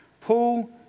Paul